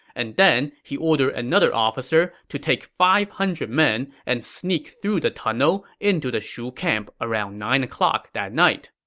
and then he ordered another officer to take five hundred men and sneak through the tunnel into the shu camp around nine o'clock that night